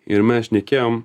ir mes šnekėjom